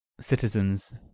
citizens